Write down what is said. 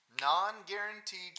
Non-guaranteed